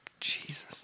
Jesus